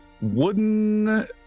wooden